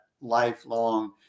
lifelong